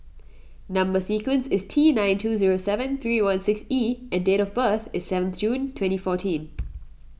Number Sequence is T nine two zero seven three one six E and date of birth is seventh June twenty fourteen